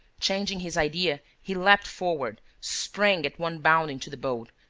changing his idea, he leapt forward, sprang at one bound into the boat,